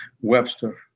Webster